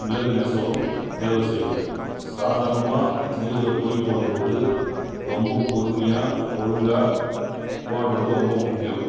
மிளகு நெசவலும் தேர்வு செய்யணும் சாதாரணமாக நீரில் பொறி போடும்போது ரொம்ப பொறுமையாக ஒழுங்காக போடுறது ரொம்ப முக்கியம்